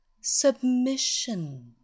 Submission